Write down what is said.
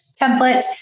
template